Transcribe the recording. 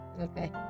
okay